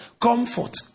Comfort